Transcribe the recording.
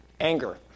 Anger